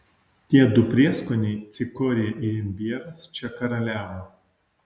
tie du prieskoniai cikorija ir imbieras čia karaliavo